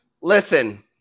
listen